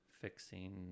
fixing